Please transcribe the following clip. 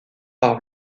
par